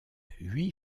huit